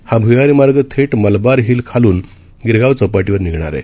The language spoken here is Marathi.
हा भ्यारी मार्ग थेट मलबार हिल खालून गिरगाव चौपाटीवर निघणार आहे